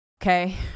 Okay